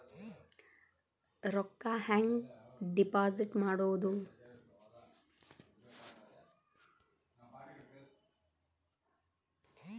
ರೊಕ್ಕ ಹೆಂಗೆ ಡಿಪಾಸಿಟ್ ಮಾಡುವುದು?